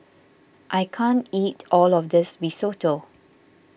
I can't eat all of this Risotto